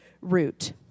route